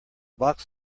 box